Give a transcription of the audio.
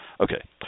Okay